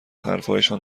حرفهایشان